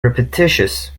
repetitious